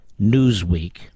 Newsweek